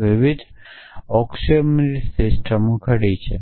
વિવિધ ઑક્સિઓમરીય સિસ્ટમો ઘડી છે